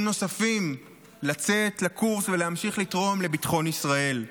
נוספים לצאת לקורס ולהמשיך לתרום לביטחון ישראל.